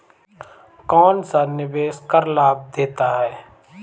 कौनसा निवेश कर लाभ देता है?